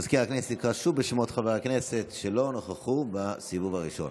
מזכיר הכנסת יקרא שוב בשמות חברי הכנסת שלא נכחו בסיבוב הראשון.